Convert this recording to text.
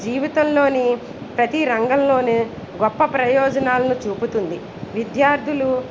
జీవితంలోని ప్రతీ రంగంలోనే గొప్ప ప్రయోజనాలను చూపుతుంది విద్యార్థులు